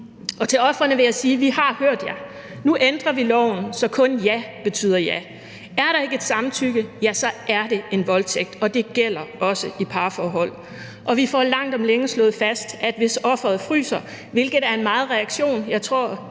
Til ofrene vil jeg sige: Vi har hørt jer. Nu ændrer vi loven, så kun »ja« betyder ja. Er der ikke et samtykke, så er det en voldtægt, og det gælder også i parforhold, og vi får langt om længe slået fast, at hvis offeret fryser, hvilket er en meget almindelig reaktion – jeg tror,